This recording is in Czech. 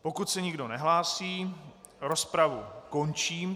Pokud se nikdo nehlásí, rozpravu končím.